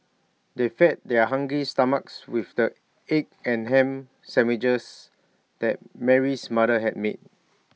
they fed their hungry stomachs with the egg and Ham Sandwiches that Mary's mother had made